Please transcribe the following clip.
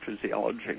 physiology